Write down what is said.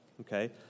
okay